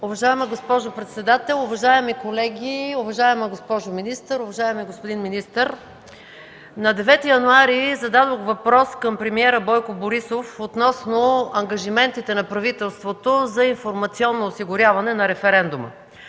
Уважаема госпожо председател, уважаеми колеги, уважаема госпожо министър, уважаеми господин министър! На 9 януари зададох въпрос към премиера Бойко Борисов относно ангажиментите на правителството за информационно осигуряване на референдума.